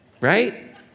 Right